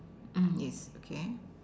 um yes okay